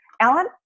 Alan